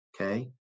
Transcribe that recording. okay